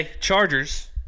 Chargers